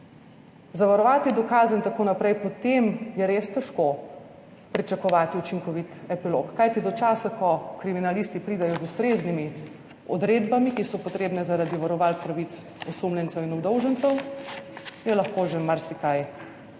zavarovati dokaze itn., potem je res težko pričakovati učinkovit epilog. Kajti do časa, ko kriminalisti pridejo z ustreznimi odredbami, ki so potrebne zaradi varovalk pravic osumljencev in obdolžencev, je lahko že marsikaj skrito,